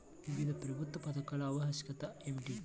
వివిధ ప్రభుత్వ పథకాల ఆవశ్యకత ఏమిటీ?